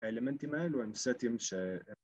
‫האלמנטים האלו הם סטים ש...